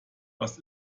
was